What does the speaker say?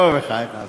סתם, נו, בחייך, אתה.